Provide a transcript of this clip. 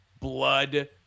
blood